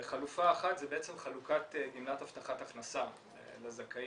חלופה אחת זה בעצם חלוקת גמלת הבטחת הכנסה לזכאים,